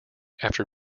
after